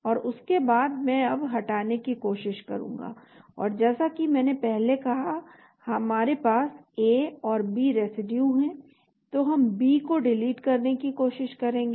और उसके बाद मैं अब हटाने की कोशिश करूंगा और जैसा कि मैंने पहले कहा कि हमारे पास ए और बी रेसिड्यू हैं तो हम बी को डिलीट करने की कोशिश करेंगे